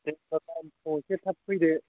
जेखुनु गाबोन फुङाव एसे थाब फैदो